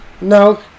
No